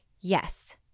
Yes